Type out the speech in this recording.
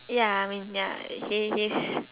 ya I mean ya he he's